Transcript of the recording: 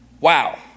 Wow